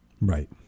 Right